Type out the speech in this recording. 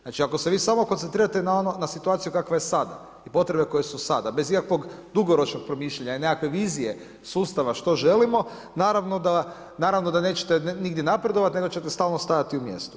Znači ako se vi samo koncentrirate na situaciju kakva je sada i potrebe koje su sada bez ikakvog dugoročnog promišljanja i nekakve vizije sustava što želimo, naravno da nećete nigdje napredovat nego ćete stalno stajati u mjestu.